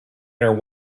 inner